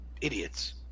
idiots